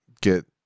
get